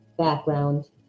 background